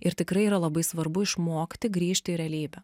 ir tikrai yra labai svarbu išmokti grįžti į realybę